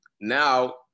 Now